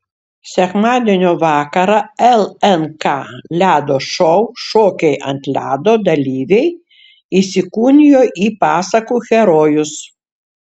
sekmadienio vakarą lnk ledo šou šokiai ant ledo dalyviai įsikūnijo į pasakų herojus